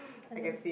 I don't